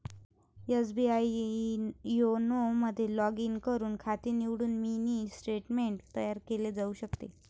SBI YONO मध्ये log in करून खाते निवडून मिनी स्टेटमेंट तयार केले जाऊ शकते